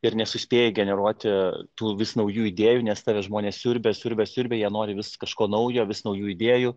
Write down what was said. ir nesuspėji generuoti tų vis naujų idėjų nes tave žmonės siurbia siurbia siurbia jie nori vis kažko naujo vis naujų idėjų